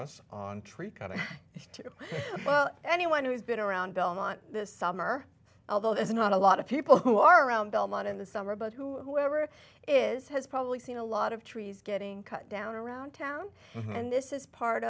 of to well anyone who's been around belmont this summer although there's not a lot of people who are around belmont in the summer but whoever is has probably seen a lot of trees getting cut down around town and this is part